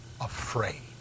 afraid